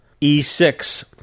E6